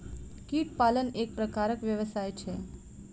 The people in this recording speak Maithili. कीट पालन एक प्रकारक व्यवसाय छै